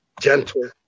gentle